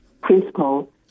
principle